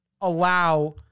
allow